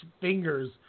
fingers